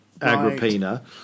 Agrippina